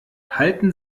halten